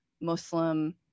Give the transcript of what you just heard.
Muslim